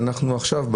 אנחנו עכשיו,